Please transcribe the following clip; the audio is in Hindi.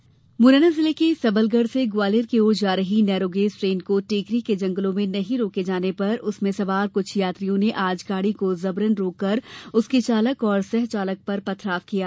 पथराव मुरैना जिले के सबलगढ़ से ग्वालियर की ओर जा रही नैरोगेज ट्रेन को टेकरी के जंगलों में नहीं रोके जाने पर उसमें सवार कुछ यात्रियों ने आज गाड़ी को जबरन रोककर उसके चालक और सह चालक पर जमकर पथराव कर दिया